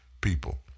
people